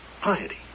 Piety